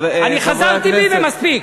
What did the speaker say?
אני חזרתי בי ומספיק.